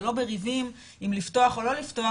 ולא בריבים אך לפתוח או לא לפתוח,